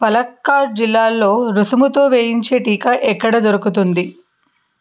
పాలక్కాడ్ జిల్లాలో రుసుముతో వేయించే టీకా ఎక్కడ దొరుకుతుంది